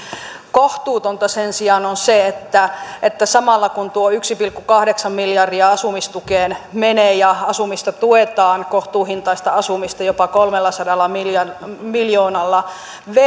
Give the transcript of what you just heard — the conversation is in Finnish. kohtuutonta sen sijaan on se että että samalla kun tuo yksi pilkku kahdeksan miljardia asumistukeen menee ja asumista tuetaan kohtuuhintaista asumista jopa kolmellasadalla miljoonalla miljoonalla